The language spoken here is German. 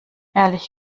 ehrlich